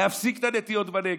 להפסיק את הנטיעות בנגב.